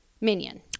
minion